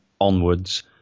onwards